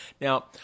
Now